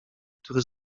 który